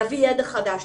להביא ידע חדש,